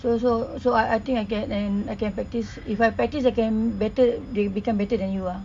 so so so I I I think I can I can practise if I practise I can better become better than you ah